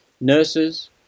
nurses